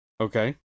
okay